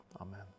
amen